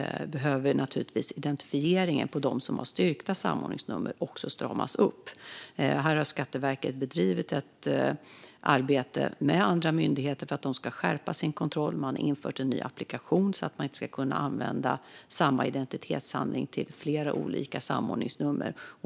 Identifieringen av dem som har styrkta samordningsnummer behöver också stramas upp. Här har Skatteverket bedrivit ett arbete med andra myndigheter för att skärpa sin kontroll. Man har infört en ny applikation så att det inte ska gå att använda samma identitetshandling till flera olika samordningsnummer.